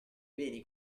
beni